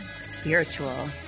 spiritual